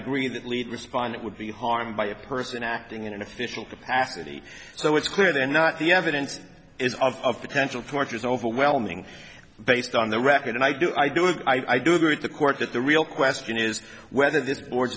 agree that lead respond it would be harmed by a person acting in an official capacity so it's clearly not the evidence is of potential partners overwhelming based on the record and i do i do have i do agree with the court that the real question is whether this board